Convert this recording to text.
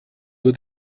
nur